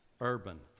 urban